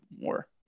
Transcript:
more